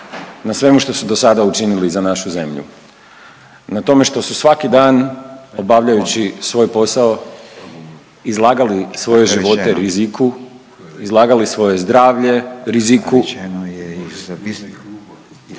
na svemu što su dosada učinili za našu zemlju. Na tome što su svaki dan obavljajući svoj posao izlagali svoje živote riziku, izlagali svoje zdravlje riziku